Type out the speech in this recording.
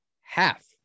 half